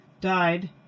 died